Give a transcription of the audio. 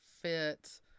fit